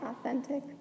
authentic